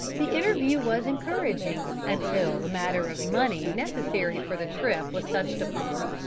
the interview was encouraging until the matter of money necessary for the trip was touched upon.